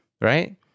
right